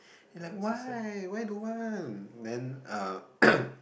like why why don't want then uh